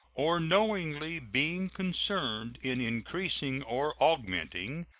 or knowingly being concerned in increasing or augmenting,